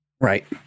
Right